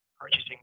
purchasing